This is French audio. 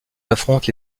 affrontent